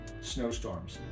snowstorms